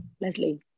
Leslie